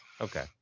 okay